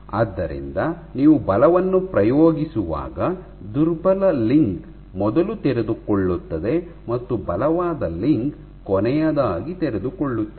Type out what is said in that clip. ಆದ್ದರಿಂದ ನೀವು ಬಲವನ್ನು ಪ್ರಯೋಗಿಸುವಾಗ ದುರ್ಬಲ ಲಿಂಕ್ ಮೊದಲು ತೆರೆದುಕೊಳ್ಳುತ್ತದೆ ಮತ್ತು ಬಲವಾದ ಲಿಂಕ್ ಕೊನೆಯದಾಗಿ ತೆರೆದುಕೊಳ್ಳುತ್ತದೆ